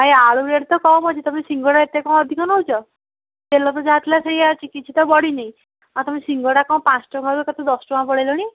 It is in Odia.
ଭାଇ ଆଳୁ ରେଟ୍ ତ କମ୍ ଅଛି ତମେ ସିଙ୍ଗଡ଼ା ଏତେ କଣ ଅଧିକ ନେଉଛ ତେଲ ତ ଯାହା ଥିଲା ସେଇଆ ଅଛି କିଛି ତ ବଢ଼ିନି ଆଉ ତମେ ସିଙ୍ଗଡ଼ା କଣ ପାଞ୍ଚ୍ ଟଙ୍କାରୁ ଏକାଥରେ ଦଶ ଟଙ୍କା ପଳେଇଲଣି